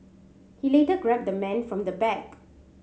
he later grabbed the man from the back